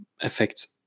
affects